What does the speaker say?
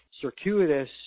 circuitous